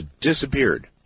disappeared